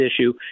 issue